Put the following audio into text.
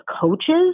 coaches